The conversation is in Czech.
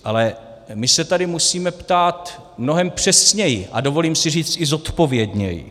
Ale my se tady musíme ptát mnohem přesněji a dovolím si říct i zodpovědněji.